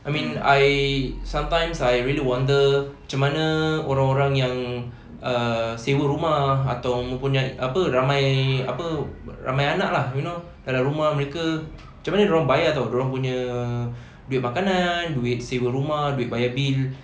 I mean I sometimes I really wonder macam mana orang-orang yang err sewa rumah atau mempunyai apa ramai apa ramai anak lah you know rumah mereka macam mana dorang bayar [tau] dorang punya duit makanan duit sewa rumah duit bayar bill